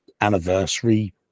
anniversary